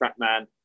TrackMan